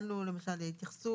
למשרד הבריאות.